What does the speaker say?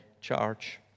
charge